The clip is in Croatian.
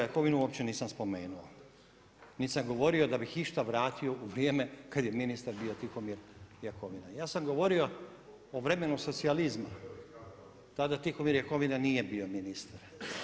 Jakovinu uopće nisam spomenuo niti sam govorio da bi išta vrati u vrijeme kada je ministar bio Tihomir Jakovina, ja sam govorio o vremenu socijalizma, tada Tihomir Jakovina nije bio ministar.